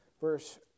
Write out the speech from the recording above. verse